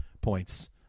points